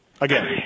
again